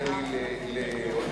שמגיעות לי שמונה דקות,